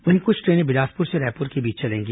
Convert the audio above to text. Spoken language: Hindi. वहीं कुछ ट्रेनें बिलासपुर से रायपुर तक चलेंगी